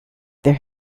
there